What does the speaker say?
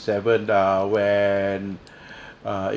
seven uh when uh